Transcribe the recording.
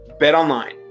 Betonline